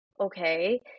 okay